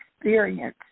experience